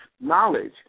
knowledge